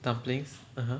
dumplings (uh huh)